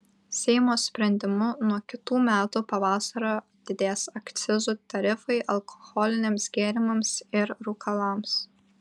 seimo sprendimu nuo kitų metų pavasario didės akcizų tarifai alkoholiniams gėrimams ir rūkalams